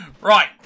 Right